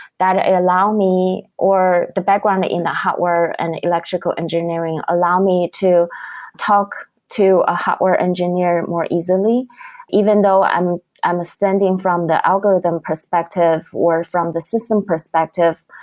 that allow me, or the background in the hardware and electrical engineering allow me to talk to a hardware engineer more easily even though i'm i'm standing from the algorithm perspective, or from the system perspective,